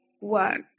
work